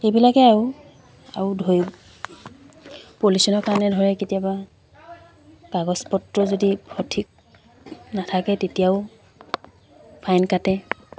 এইবিলাকে আৰু আৰু ধৰি পলিউশচনৰ কাৰণে ধৰে কেতিয়াবা কাগজ পত্ৰ যদি সঠিক নাথাকে তেতিয়াও ফাইন কাটে